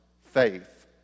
faith